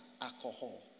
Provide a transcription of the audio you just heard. alcohol